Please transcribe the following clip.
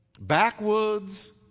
backwoods